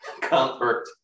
comfort